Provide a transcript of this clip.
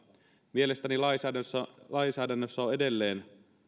mielestäni lainsäädännössä lainsäädännössä on edelleen